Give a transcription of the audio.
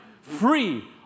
free